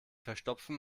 verstopfen